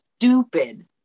Stupid